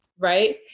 right